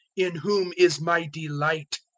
in whom is my delight.